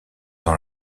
dans